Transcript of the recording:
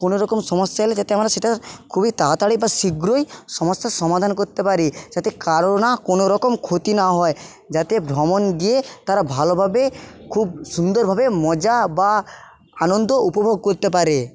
কোনো রকম সমস্যা এলে যাতে আমরা সেটা খুবই তাড়াতাড়ি বা শীঘ্রই সমস্যার সমাধান করতে পারি যাতে কারো না কোনরকম ক্ষতি না হয় যাতে ভ্রমণ গিয়ে তারা ভালোভাবে খুব সুন্দরভাবে মজা বা আনন্দ উপভোগ করতে পারে